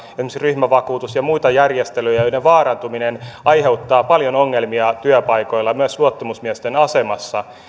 ryhmävakuutus ja muita järjestelyjä joiden vaarantuminen aiheuttaa paljon ongelmia työpaikoilla myös luottamusmiesten asemassa